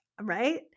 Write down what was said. right